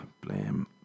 blame